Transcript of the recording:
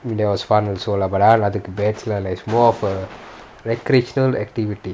that was fun also lah but அதுக்கு:athuku like it's more of a recreational activity